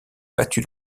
battu